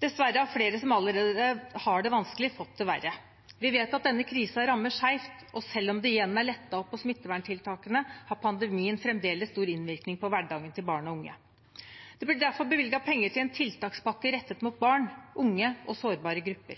Dessverre har flere som allerede har det vanskelig, fått det verre. Vi vet at denne krisen rammer skjevt, og selv om det igjen er lettet opp på smitteverntiltakene, har pandemien fremdeles stor innvirkning på hverdagen til barn og unge. Det blir derfor bevilget penger til en tiltakspakke rettet mot barn, unge og sårbare grupper.